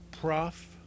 prof